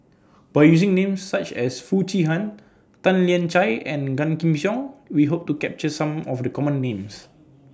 By using Names such as Foo Chee Han Tan Lian Chye and Gan Kim Yong We Hope to capture Some of The Common Names